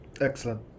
Excellent